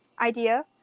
idea